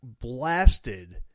blasted